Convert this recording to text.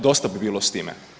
Dosta bi bilo s time.